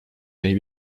may